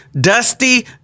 dusty